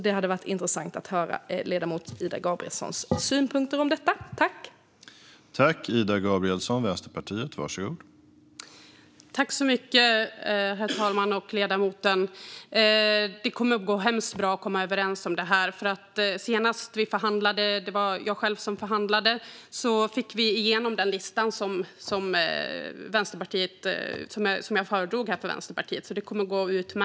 Det hade varit intressant att höra ledamot Ida Gabrielssons synpunkter när det gäller detta.